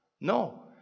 No